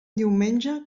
diumenge